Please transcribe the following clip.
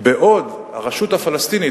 בעוד הרשות הפלסטינית,